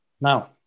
Now